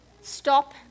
Stop